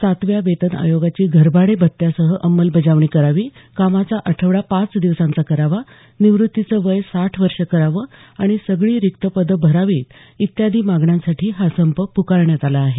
सातव्या वेतन आयोगाची घरभाडे भत्त्यासह अंमलबजावणी करावी कामाचा आठवडा पाच दिवसांचा करावा निवृत्तीचं वय साठ वर्षं करावं आणि सगळी रिक्त पदं भरावीत इत्यादी मागण्यांसाठी संप प्रकारण्यात आला आहे